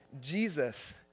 Jesus